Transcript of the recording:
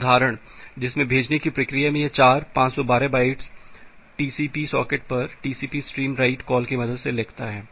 एक उदाहरण जिसमे भेजने की प्रक्रिया में ये चार 512 बाइट टीसीपी सॉकेट पर टीसीपी स्ट्रीम राईट कॉल की मदद से लिखता है